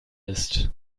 ist